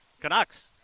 Canucks